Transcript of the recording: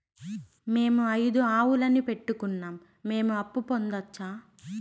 మేము ఐదు ఆవులని పెట్టుకున్నాం, మేము అప్పు పొందొచ్చా